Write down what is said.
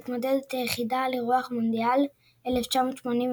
המתמודדת היחידה על אירוח מונדיאל 1986,